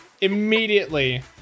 immediately